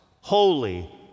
holy